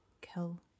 Kill